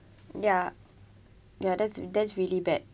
ya ya that's that's really bad